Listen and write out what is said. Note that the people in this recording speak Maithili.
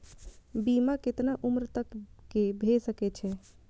बीमा केतना उम्र तक के भे सके छै?